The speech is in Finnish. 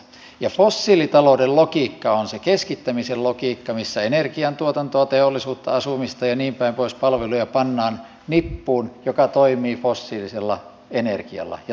ja fossiilitalouden logiikka on se keskittämisen logiikka missä energiantuotantoa teollisuutta asumista palveluja ja niinpäin pois pannaan nippuun joka toimii fossiilisella energialla ja talous pyörii